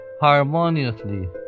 harmoniously